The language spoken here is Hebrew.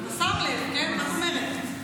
אתה שם לב, כן, מה זאת אומרת?